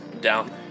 down